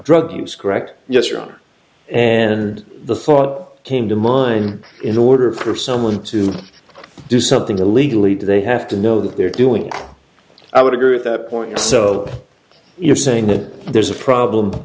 drug use correct yes your honor and the thought came to mind in order for someone to do something illegally do they have to know that they're doing i would agree with that point so you're saying that there's a problem